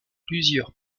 plusieurs